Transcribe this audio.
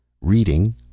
Reading